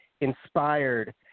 inspired